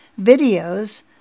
videos